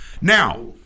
Now